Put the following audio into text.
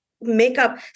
makeup